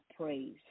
praise